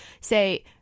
say